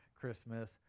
Christmas